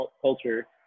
culture